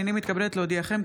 הינני מתכבדת להודיעכם,